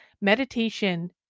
Meditation